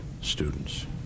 students